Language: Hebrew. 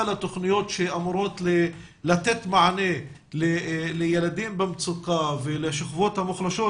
לתוכניות שאמורות לתת מענה לילדים במצוקה ולשכבות המוחלשות,